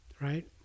right